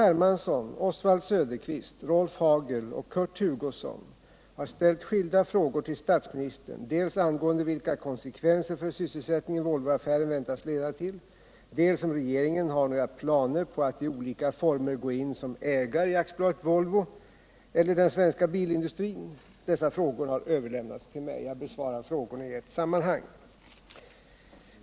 Hermansson, Oswald Söderqvist, Rolf Hagel och Kurt Hugosson har ställt skilda frågor till statsministern dels angående vilka konsekvenser för sysselsättningen Volvoaffären väntas leda till, dels om regeringen har några planer på att i olika former gå in som ägare i AB Volvo eller den svenska bilindustrin. Dessa frågor har överlämnats till mig. Jag besvarar frågorna i ett sammanhang.